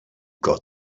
got